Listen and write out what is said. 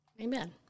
Amen